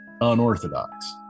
unorthodox